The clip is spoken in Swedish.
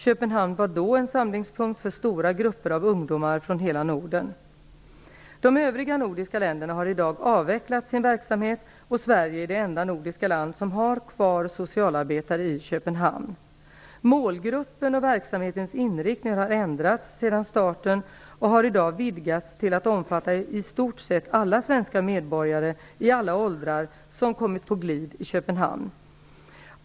Köpenhamn var då en samlingspunkt för stora grupper av ungdomar från hela Norden. De övriga nordiska länderna har i dag avvecklat sin verksamhet, och Sverige är det enda nordiska land som har kvar socialarbetare i Köpenhamn. Målgruppen och verksamhetens inriktning har ändrats sedan starten och har i dag vidgats till att omfatta i stort sett alla svenska medborgare, i alla åldrar, som kommit på glid i Köpenhamn.